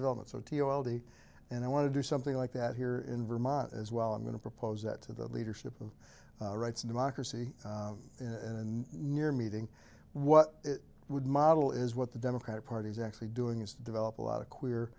development so t o l d and i want to do something like that here in vermont as well i'm going to propose that to the leadership of rights democracy and near meeting what it would model is what the democratic party is actually doing is to develop a lot of queer